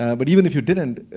and but even if he didn't,